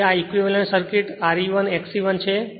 તેથી આ equivalent circuit R e 1 X e 1 છે